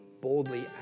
boldly